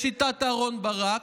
לשיטת אהרן ברק?